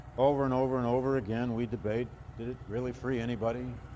over and over and over again we debate did it really free anybody?